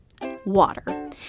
water